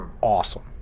awesome